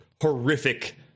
horrific